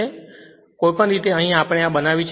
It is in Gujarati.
તેથી કોઈપણ રીતે અહીં આપણે આ બનાવ્યું છે